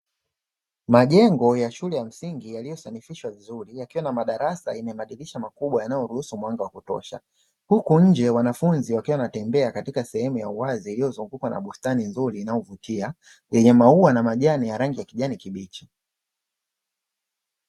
Majengo ya shule ya msingi yaliyosanifishwa vizuri, yakiwa na madarasa yenye madirisha makubwa yanayoruhusu mwanga wa kutosha. Huko nje wanafunzi wakiwa wanatembea katika sehemu ya uwazi iliyozungukwa na bustani nzuri inayovutia yenye maua na majani ya rangi ya kijani kibichi.